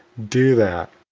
do that.